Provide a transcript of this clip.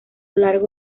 largo